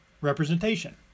representation